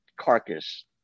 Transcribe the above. Carcass